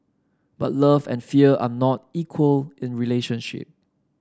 but love and fear are not equal in relationship